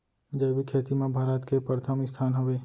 जैविक खेती मा भारत के परथम स्थान हवे